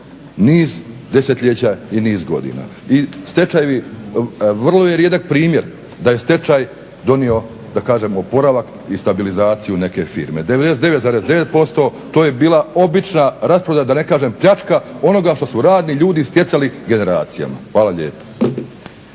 niz desetljeća i niz godina. I stečajevi, vrlo je rijedak primjer da je stečaj donio da kažem oporavak i stabilizaciju neke firme. 99,9% to je bila obična rasprodaja, da ne kažem pljačka onoga što su radni ljudi stjecali generacijama. Hvala lijepa.